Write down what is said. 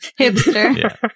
Hipster